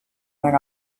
went